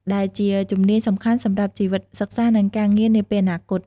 ដែលជាជំនាញសំខាន់សម្រាប់ជីវិតសិក្សា និងការងារនាពេលអនាគត។